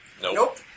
Nope